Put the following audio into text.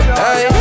hey